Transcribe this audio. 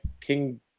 King